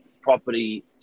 property